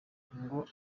ngo